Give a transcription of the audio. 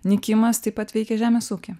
nykimas taip pat veikia žemės ūkį